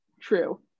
True